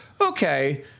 okay